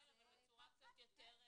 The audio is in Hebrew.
בצורה כזאת או אחרת, אבל בצורה קצת יותר רחבה